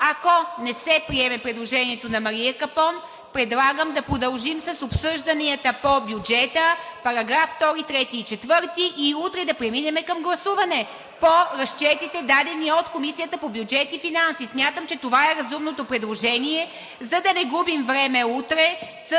Ако не се приеме предложението на Мария Капон, предлагам да продължим с обсъжданията по бюджета на § 2, § 3 и § 4 и утре да преминем към гласуване по разчетите, дадени от Комисията по бюджет и финанси. Смятам, че това е разумното предложение, за да не губим време утре